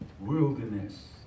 wilderness